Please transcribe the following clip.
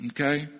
Okay